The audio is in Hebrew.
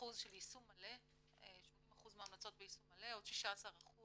מ-80% מההמלצות ביישום מלא, עוד 16%